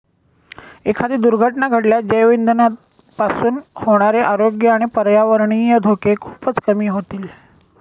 एखादी दुर्घटना घडल्यास जैवइंधनापासून होणारे आरोग्य आणि पर्यावरणीय धोके खूपच कमी होतील